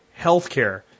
healthcare